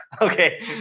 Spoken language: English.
okay